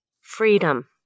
Freedom